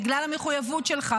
בגלל המחויבות שלך,